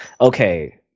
okay